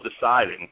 deciding